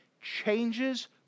changes